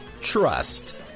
Trust